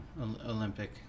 olympic